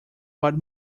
but